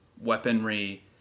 weaponry